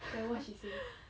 then what she say